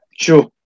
Sure